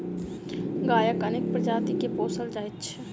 गायक अनेक प्रजाति के पोसल जाइत छै